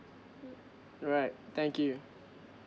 mm alright thank you